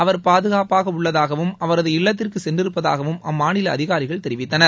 அவா் பாதுகாப்பாக உள்ளதாகவும் அவரது இல்லத்திற்கு சென்றிருப்பதாகவும் அம்மாநில அதிகாரிகள் தெரிவித்தனர்